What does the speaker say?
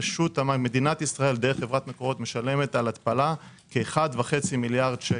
מדינת ישראל דרך חברת מקורות משלמת היום על התפלה כ-1.5 מיליארד שקל.